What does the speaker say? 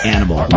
Animal